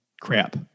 crap